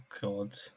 God